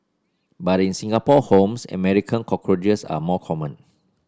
but in Singapore homes American cockroaches are more common